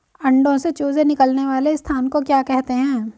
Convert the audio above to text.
अंडों से चूजे निकलने वाले स्थान को क्या कहते हैं?